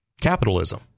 capitalism